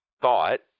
thought